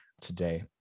today